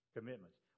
Commitments